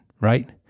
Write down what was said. right